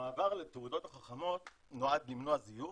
המעבר לתעודות החכמות נועד למנוע זיוף,